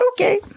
okay